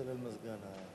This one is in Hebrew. אדוני היושב-ראש,